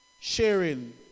sharing